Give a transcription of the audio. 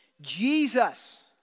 Jesus